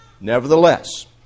Nevertheless